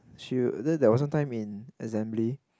she there was some time in assembly